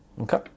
okay